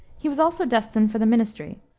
he was also destined for the ministry,